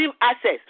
access